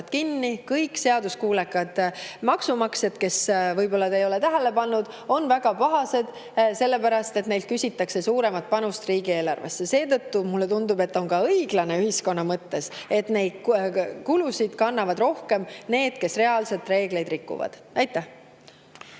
kinni kõik seaduskuulekad maksumaksjad, kes – võib-olla te ei ole tähele pannud – on väga pahased selle pärast, et neilt küsitakse suuremat panust riigieelarvesse. Seetõttu mulle tundub, et ühiskonna mõttes on õiglane, et neid kulusid kannavad rohkem need, kes reaalselt reegleid rikuvad. Esiteks,